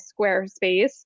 Squarespace